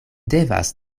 devas